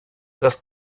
las